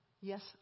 Yes